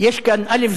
יש כאן, א.